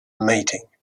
mating